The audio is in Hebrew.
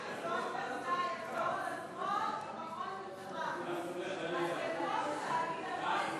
קבוצת סיעת העבודה וקבוצת סיעת חד"ש וחברי הכנסת יעקב אשר,